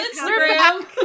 instagram